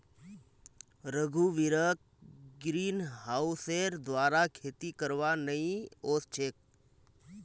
रघुवीरक ग्रीनहाउसेर द्वारा खेती करवा नइ ओस छेक